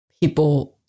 people